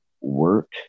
work